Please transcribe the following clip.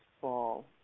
fall